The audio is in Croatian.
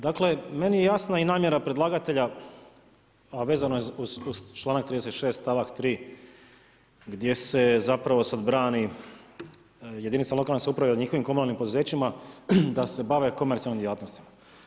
Dakle, meni je jasna i namjera predlagatelja, a vezano je uz članak 36. stavak 3. gdje se zapravo sad brani jedinica lokalne samouprave od njihovim komunalnim poduzećima da se bave komercijalnim djelatnostima.